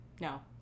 no